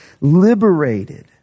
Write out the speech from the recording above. liberated